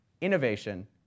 innovation